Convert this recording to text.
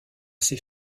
ses